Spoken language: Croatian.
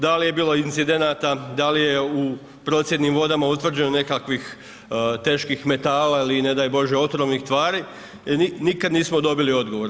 Da li je bilo incidenata, da li je u procjednim vodama utvrđeno nekakvih teških metala ili ne daj Bože otrovnih tvari, nikad nismo dobili odgovor.